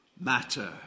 matter